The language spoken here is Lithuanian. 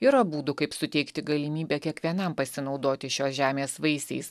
yra būdų kaip suteikti galimybę kiekvienam pasinaudoti šios žemės vaisiais